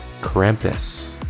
Krampus